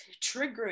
triggering